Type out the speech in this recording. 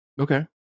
Okay